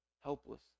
helpless